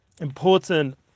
important